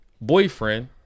boyfriend